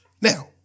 Now